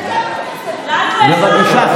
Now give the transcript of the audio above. בבקשה,